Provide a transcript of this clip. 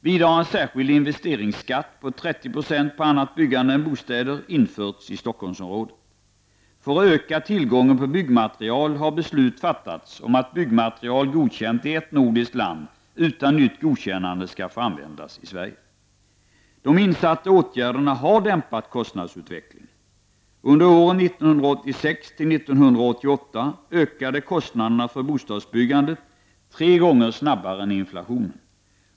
Vidare har en särskild investeringsskatt på 30 % på annat byggande än bostäder införts i Stockholmsområdet. För att öka tillgången på byggmaterial har beslut fattats om att byggmaterial godkänt i ett nordiskt land utan nytt godkännande skall få användas i Sverige. De insatta åtgärderna har dämpat kostnadsutvecklingen. Under åren 1986--1988 ökade kostnaderna för bostadsbyggande tre gånger snabbare än inflationen.